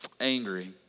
Angry